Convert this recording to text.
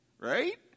Right